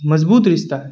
مضبوط رشتہ ہے